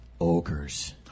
Ogres